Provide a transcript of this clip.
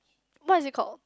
what is it called